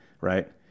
right